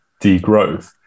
degrowth